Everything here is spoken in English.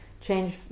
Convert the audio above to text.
change